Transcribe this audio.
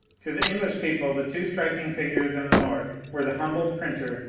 to the english people the two striking figures in the north were the humble printer,